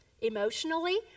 emotionally